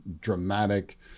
dramatic